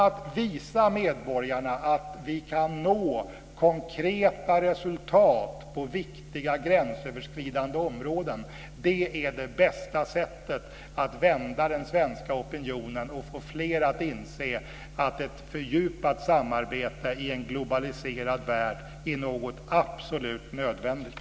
Att visa medborgarna att vi kan nå konkreta resultat på viktiga gränsöverskridande områden är det bästa sättet att vända den svenska opinionen och få fler att inse att ett fördjupat samarbete i en globaliserad värld är något absolut nödvändigt.